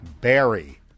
Barry